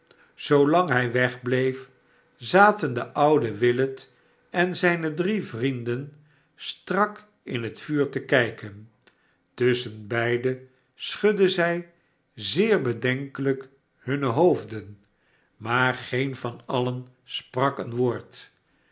zoolang hij wegbleef zaten de oude willet en zijne drie vrienden strak in het vuur te kijken tusschenbeide schudden zij zeer bedenkelijk hunne hoofden maar geen van alien sprak een woord